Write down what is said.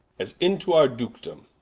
as into our dukedome?